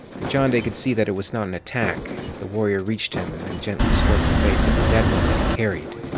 dachande could see that it was not an attack. the warrior reached him and then gently stroked the face of the dead one that he carried,